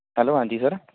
hello ਹਾਂਜੀ sir